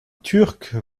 turc